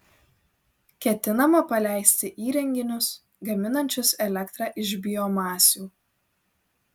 ketinama paleisti įrenginius gaminančius elektrą iš biomasių